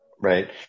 Right